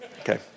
Okay